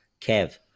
Kev